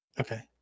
Okay